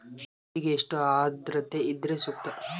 ಹತ್ತಿಗೆ ಎಷ್ಟು ಆದ್ರತೆ ಇದ್ರೆ ಸೂಕ್ತ?